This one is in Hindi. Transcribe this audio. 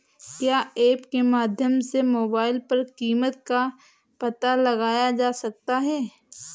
क्या ऐप के माध्यम से मोबाइल पर कीमत का पता लगाया जा सकता है?